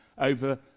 over